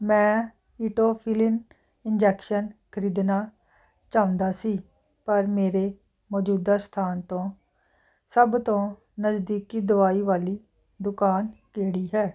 ਮੈਂ etophylline injection ਖਰੀਦਣਾ ਚਾਹੁੰਦਾ ਸੀ ਪਰ ਮੇਰੇ ਮੌਜੂਦਾ ਸਥਾਨ ਤੋਂ ਸਭ ਤੋਂ ਨਜ਼ਦੀਕੀ ਦਵਾਈ ਵਾਲੀ ਦੁਕਾਨ ਕਿਹੜੀ ਹੈ